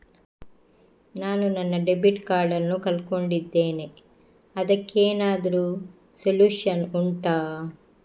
ನಾನು ನನ್ನ debit card ನ್ನು ಕಳ್ಕೊಂಡಿದ್ದೇನೆ ಅದಕ್ಕೇನಾದ್ರೂ ಸೊಲ್ಯೂಷನ್ ಉಂಟಾ